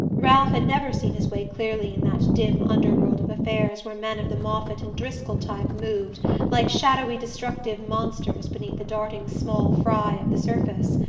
ralph had never seen his way clearly in that dim underworld of affairs where men of the moffatt and driscoll type moved like shadowy destructive monsters beneath the darting small fry of the surface.